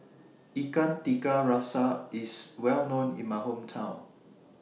Ikan Tiga Rasa IS Well known in My Hometown